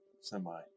semi-